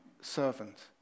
servant